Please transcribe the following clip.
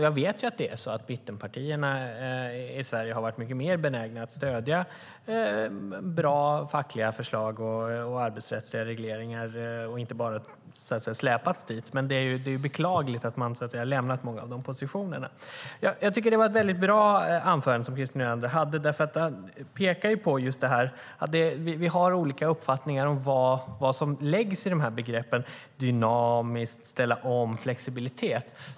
Jag vet att mittenpartierna i Sverige har varit mycket mer benägna att stödja bra fackliga förslag och arbetsrättsliga regleringar och inte bara har släpats dit. Men det är beklagligt att man har lämnat många av dessa positioner. Jag tycker att det var ett bra anförande som Christer Nylander hade. Han pekar just på att vi har olika uppfattningar om vad som läggs i begreppen dynamiskt, att ställa om och flexibilitet.